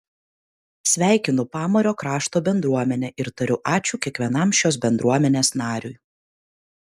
sveikinu pamario krašto bendruomenę ir tariu ačiū kiekvienam šios bendruomenės nariui